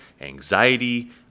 anxiety